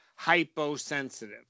hyposensitive